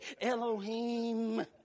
Elohim